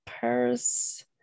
purse